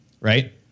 right